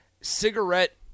cigarette